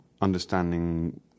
understanding